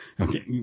Okay